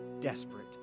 desperate